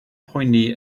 poeni